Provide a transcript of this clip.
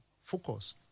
focus